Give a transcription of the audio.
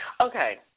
Okay